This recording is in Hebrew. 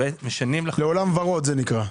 לעולם ורוד זה נקרא.